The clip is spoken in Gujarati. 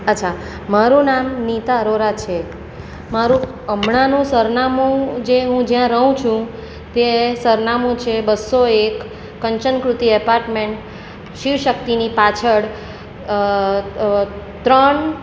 અચ્છા મારું નામ નીતા અરોરા છે મારું હમણાંનું સરનામું જે હું જ્યાં રહું છું તે સરનામું છે બસો એક કંચનકૃતિ એપાર્ટમેન્ટ શિવશક્તિની પાછળ ત્રણ